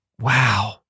Wow